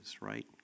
right